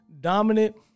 dominant